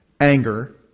anger